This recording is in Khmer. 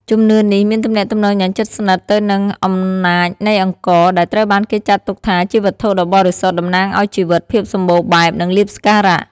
ជំនឿនេះមានទំនាក់ទំនងយ៉ាងជិតស្និទ្ធទៅនឹងអំណាចនៃអង្ករ ដែលត្រូវបានគេចាត់ទុកថាជាវត្ថុដ៏បរិសុទ្ធ តំណាងឱ្យជីវិត ភាពសម្បូរបែប និងលាភសក្ការៈ។